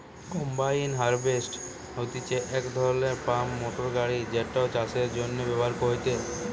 combine harvester হতিছে এক ধরণের ফার্ম মোটর গাড়ি যেটা চাষের জন্য ব্যবহার হয়েটে